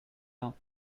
know